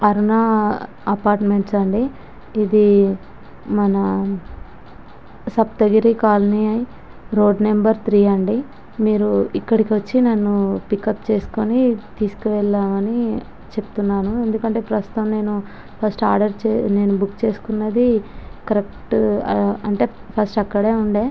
Aruna apartments అండి ఇది మన Saptagiri colony road number three అండి మీరు ఇక్కడికి వచ్చి నన్ను పికప్ చేసుకుని తీసుకువెళ్లాలని చెప్తున్నాను ఎందుకంటే ప్రస్తుతం నేను ఫస్ట్ ఆర్డర్ బుక్ చేసుకున్నది కరెక్ట్ అంటే ఫస్ట్ అక్కడే ఉండే